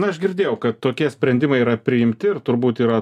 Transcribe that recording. na aš girdėjau kad tokie sprendimai yra priimti ir turbūt yra